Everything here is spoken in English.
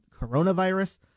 coronavirus